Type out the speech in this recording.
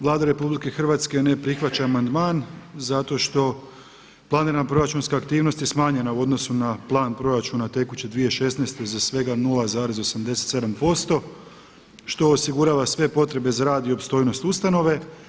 Vlada RH ne prihvaća amandman zato što planirana proračunska aktivnost je smanjena u odnosu na plan proračuna tekuće 2016. za svega 0,87% što osigurava sve potrebe za rad i opstojnost ustanove.